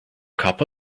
cup